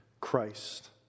Christ